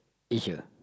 eat here